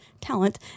talent